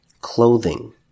clothing